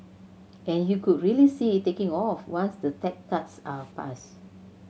and you could really see it taking off once the tax cuts are passed